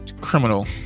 criminal